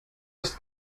ist